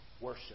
worship